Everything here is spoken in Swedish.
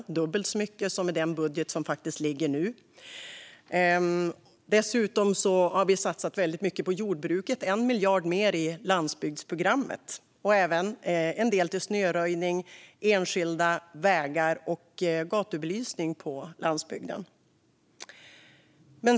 Det är dubbelt så mycket som i den budget som ligger nu. Dessutom har vi satsat mycket på jordbruket. Vi har lagt 1 miljard mer i landsbygdsprogrammet och även en del till snöröjning, enskilda vägar och gatubelysning på landsbygden.